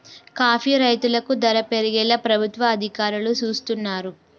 coffee రైతులకు ధర పెరిగేలా ప్రభుత్వ అధికారులు సూస్తున్నారు